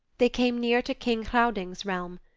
they came near to king hrauding's realm.